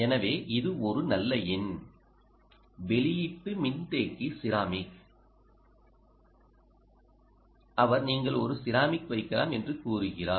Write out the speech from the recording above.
எனவே இது ஒரு நல்ல எண் வெளியீட்டு மின்தேக்கி செராமிக் அவர் நீங்கள் ஒரு செராமிக் வைக்கலாம் என்று கூறுகிறார்